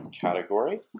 category